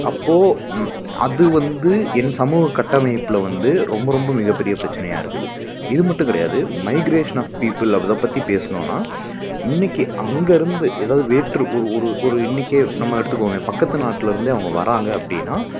அப்போது ம் அது வந்து என் சமூக கட்டமைப்பில் வந்து ரொம்ப ரொம்ப மிகப்பெரிய பிரச்சனையாக இருக்குது இது மட்டும் கிடையாது மைக்ரேஷன் ஆஃப் பீப்பிள் அதை பற்றி பேசுனோம்னா இன்னைக்கு அங்கே இருந்து ஏதாவுது வேற்று ஒரு ஒரு ஒரு இன்றைக்கே நம்ம எடுத்துக்கோவோமே பக்கத்து நாட்டில இருந்தே அவங்க வராங்கள் அப்படின்னா